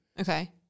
Okay